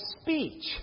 speech